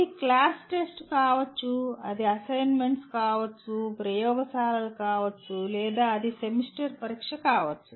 ఇది class test కావచ్చు అది అసైన్మెంట్స్ కావచ్చు ఇది ప్రయోగశాల కావచ్చు లేదా అది సెమిస్టర్ పరీక్ష కావచ్చు